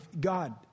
God